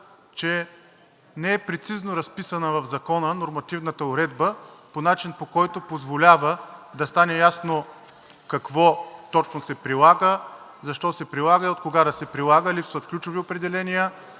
че не е прецизно разписана в Закона нормативната уредба по начин, по който позволява да стане ясно какво точно се прилага, защо се прилага и от кога да се прилага, липсват ключови определения.